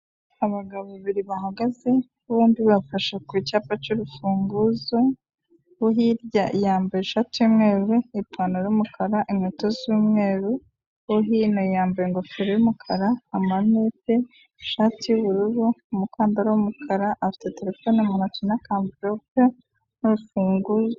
Abagabo babiri bahagaze bombi bafashe ku cyapa cy'urufunguzo uwo hirya yambaye ishati y'umweru, ipantaro y'umukara inkweto z'umweru uwo hino yambaye ingofero y'umukara, amarinete, ishati y'ubururu umukandara w'umukara afite terefone mu ntoki n'ak'amverope n'urufunguzo.